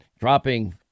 dropping